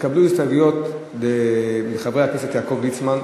התקבלו הסתייגויות מחברי הכנסת יעקב ליצמן,